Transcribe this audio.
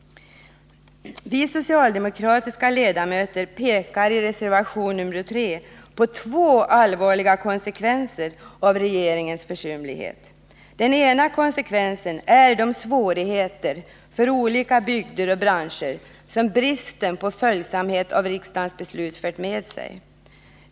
Vi socialdemokratiska ledamöter pekar i reservation nr 3 på två allvarliga konsekvenser av regeringens försumlighet. Den ena konsekvensen är de svårigheter för olika bygder och branscher som den bristande följsamheten när det gäller riksdagens beslut har fört med sig.